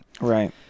Right